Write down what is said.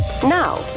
Now